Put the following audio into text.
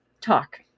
talk